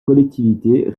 collectivités